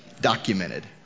Documented